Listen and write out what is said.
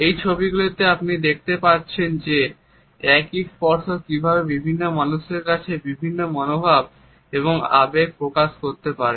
এই ছবিগুলিতে আপনি দেখতে পারছেন যে একই স্পর্শ কীভাবে বিভিন্ন মানুষের কাছে বিভিন্ন মনোভাব এবং আবেগ প্রকাশ করতে পারে